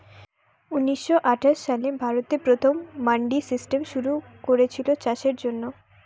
ঊনিশ শ আঠাশ সালে ভারতে প্রথম মান্ডি সিস্টেম শুরু কোরেছিল চাষের জন্যে